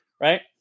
Right